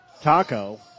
Taco